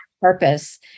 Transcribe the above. purpose